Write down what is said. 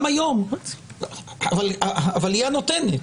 --- אבל היא הנותנת.